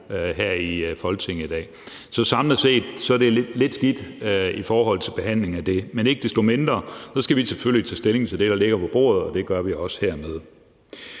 her i Folketinget i dag. Så samlet set er det lidt skidt i forhold til behandlingen af det. Men ikke desto mindre skal vi selvfølgelig tage stilling til det, der ligger på bordet hernede, og det gør vi også.